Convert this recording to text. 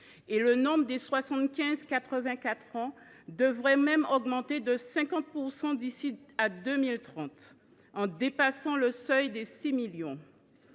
; le nombre des 75 84 ans devrait même augmenter de 50 % d’ici à 2030, dépassant le seuil des 6 millions.